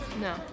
No